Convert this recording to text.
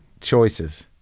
choices